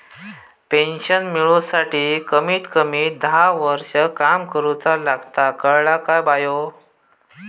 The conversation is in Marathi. पेंशन मिळूसाठी कमीत कमी दहा वर्षां काम करुचा लागता, कळला काय बायो?